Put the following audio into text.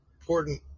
important